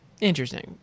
Interesting